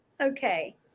Okay